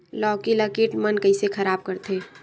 लौकी ला कीट मन कइसे खराब करथे?